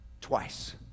twice